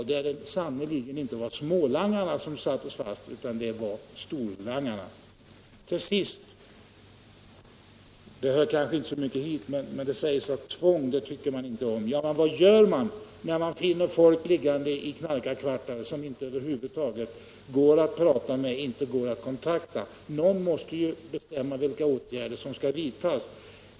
Då var det sannerligen inte smålangare som sattes fast, utan storlangare. Till sist till frågan om tvånget, som kanske inte riktigt hör hit. Många säger att de inte tycker om tvång i vården. Men vad gör man när man i knarkarkvartar finner människor som det över huvud taget inte går att prata med eller att få kontakt med? Någon måste ju bestämma vilka åtgärder som skall vidtas.